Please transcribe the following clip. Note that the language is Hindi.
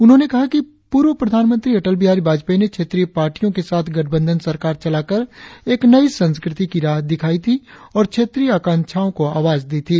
उन्होंने कहा कि पूर्व प्रधानमंत्री अटल बिहारी वाजपेयी ने क्षेत्रीय पार्टियों के साथ गठबंधन सरकार चलाकर एक नई संस्कृति की राह दिखाई थी और क्षेत्रीय आकांक्षाओं को आवाज दी थी